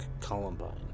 Columbine